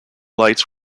lights